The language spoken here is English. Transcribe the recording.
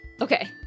Okay